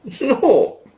no